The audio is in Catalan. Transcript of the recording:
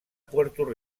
puerto